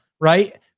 right